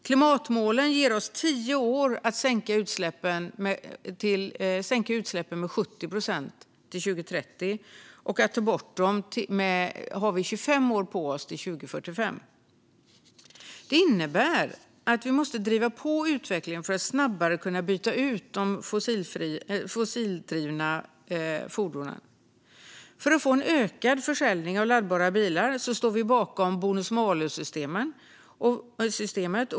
Klimatmålen ger oss tio år att sänka utsläppen med 70 procent till 2030, medan vi har 25 år på oss, till 2045, att ta bort dem. Detta innebär att vi måste driva på utvecklingen för att snabbare kunna byta ut de fossildrivna fordonen. För att få en ökad försäljning av laddbara bilar står vi bakom bonus-malus-systemet.